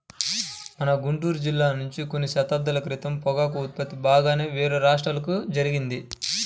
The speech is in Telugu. మన గుంటూరు జిల్లా నుంచి కొన్ని దశాబ్దాల క్రితం పొగాకు ఉత్పత్తి బాగానే వేరే రాష్ట్రాలకు జరిగింది